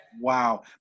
Wow